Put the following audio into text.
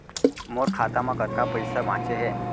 मोर खाता मा कतका पइसा बांचे हे?